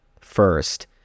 first